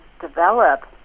develop